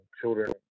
children